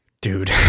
Dude